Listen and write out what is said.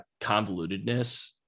convolutedness